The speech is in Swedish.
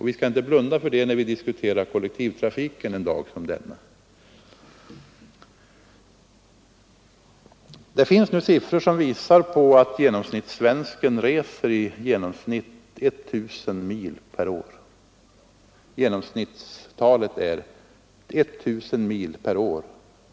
Vi skall inte blunda för det när vi en dag som denna diskuterar kollektivtrafiken. Det finns nu siffror som visar att svensken i genomsnitt reser 1 000 mil per år.